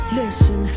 listen